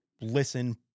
listen